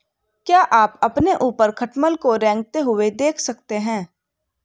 क्या आप अपने ऊपर खटमल को रेंगते हुए देख सकते हैं?